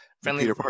Friendly